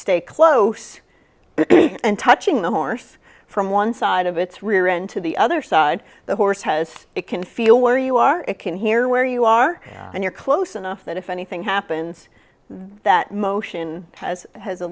stay close and touching the horse from one side of its rear end to the other side the horse has it can feel where you are it can hear where you are and you're close enough that if anything happens that motion has has a